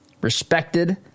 respected